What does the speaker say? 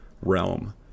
realm